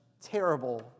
terrible